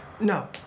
No